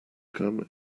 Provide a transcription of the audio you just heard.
come